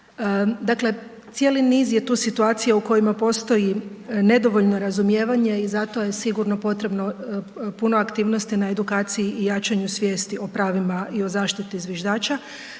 Dakle, cijeli niz je tu situacija u kojima postoji nedovoljno razumijevanje i zato je sigurno potrebno puno aktivnosti na edukciji i jačanju svijesti o pravima i zaštiti zviždača.